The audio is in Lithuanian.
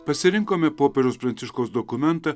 pasirinkome popiežiaus pranciškaus dokumentą